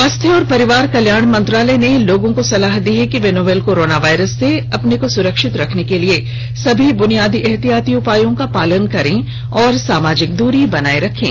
स्वास्थ्य और परिवार कल्याण मंत्रालय ने लोगों को सलाह दी है कि वे नोवल कोरोना वायरस से अपने को सुरक्षित रखने के लिए सभी बुनियादी एहतियाती उपायों का पालन करें और सामाजिक दूरी बनाए रखें